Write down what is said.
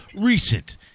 recent